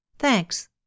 Thanks